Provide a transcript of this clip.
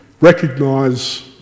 recognise